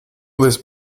this